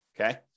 Okay